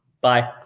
Bye